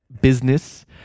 business